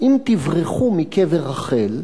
אם תברחו מקבר רחל,